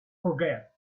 forget